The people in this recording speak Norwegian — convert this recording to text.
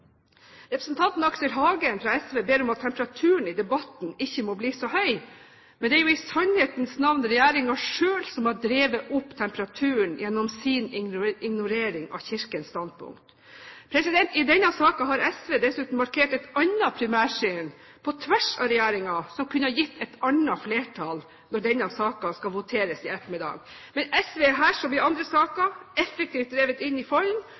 Representanten Aksel Hagen fra SV ber om at temperaturen i debatten ikke må bli så høy. Men det er jo i sannhetens navn regjeringen selv som har drevet opp temperaturen gjennom sin ignorering av Kirkens standpunkt. I denne saken har SV dessuten markert et annet primærsyn på tvers av regjeringen, som kunne gitt et annet flertall når det skal voteres over denne saken i ettermiddag. Men SV er her, som i andre saker, effektivt drevet inn i folden